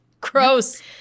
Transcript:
Gross